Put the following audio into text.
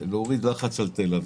להוריד לחץ מתל אביב.